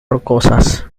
rocosas